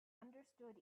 understood